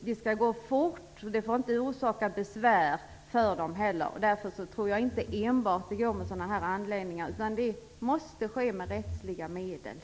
Det skall gå fort och det får inte heller orsaka dem besvär. Därför tror jag inte att det går enbart med sådana här anläggningar, utan det måste ske med rättsliga medel.